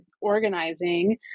organizing